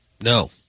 No